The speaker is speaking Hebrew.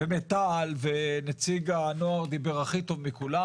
מיטל ונציג הנוער דיבר הכי טוב מכולם,